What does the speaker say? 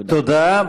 תודה.